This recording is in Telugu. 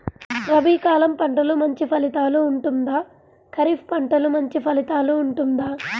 రబీ కాలం పంటలు మంచి ఫలితాలు ఉంటుందా? ఖరీఫ్ పంటలు మంచి ఫలితాలు ఉంటుందా?